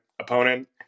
opponent